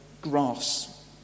grass